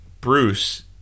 Bruce